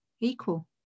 equal